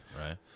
right